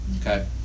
Okay